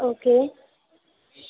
okay